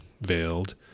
veiled